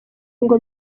ngo